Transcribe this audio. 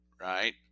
Right